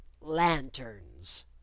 lanterns